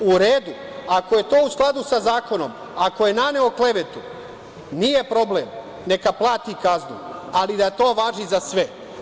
U redu, ako je to u skladu sa zakonom, ako je naneo klevetu, nije problem, neka plati kaznu, ali da to važi za sve.